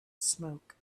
smoke